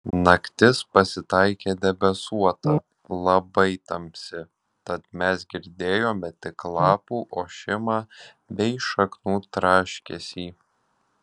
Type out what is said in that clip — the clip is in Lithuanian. naktis pasitaikė debesuota labai tamsi tad mes girdėjome tik lapų ošimą bei šaknų traškesį